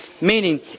Meaning